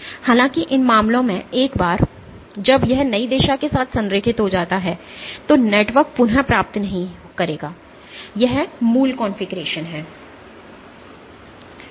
हालाँकि इन मामलों में एक बार जब यह नई दिशा के साथ संरेखित हो जाता है तो नेटवर्क पुनः प्राप्त नहीं करेगा यह मूल कॉन्फ़िगरेशन है